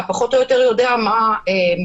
יש לאישה סעדים יותר טובים מאשר חוק עמום שדווקא